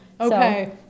Okay